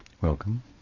Welcome